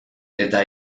eta